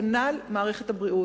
כנ"ל מערכת הבריאות.